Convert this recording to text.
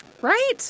Right